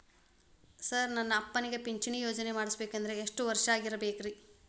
Sir ನನ್ನ ಅಪ್ಪನಿಗೆ ಪಿಂಚಿಣಿ ಯೋಜನೆ ಪಡೆಯಬೇಕಂದ್ರೆ ಎಷ್ಟು ವರ್ಷಾಗಿರಬೇಕ್ರಿ?